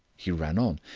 he ran on.